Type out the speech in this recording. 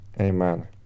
Amen